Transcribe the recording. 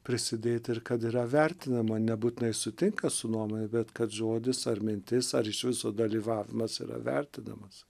prisidėti ir kad yra vertinama nebūtinai sutinka su nuomone bet kad žodis ar mintis ar iš viso dalyvavimas yra vertinamas